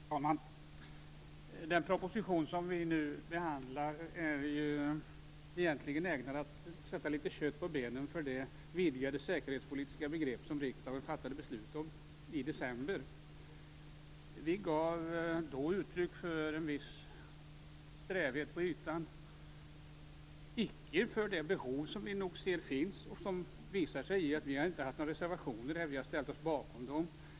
Herr talman! Den proposition vi nu behandlar är egentligen ägnad att sätta litet kött på benen när det gäller det vidgade säkerhetspolitiska begrepp som riksdagen fattade beslut om i december. Vi gav då uttryck för en viss strävhet på ytan. Den gällde dock icke för det behov som vi nog ser finns, vilket visar sig i att vi inte har några reservationer här utan har ställt oss bakom förslagen.